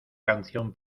canción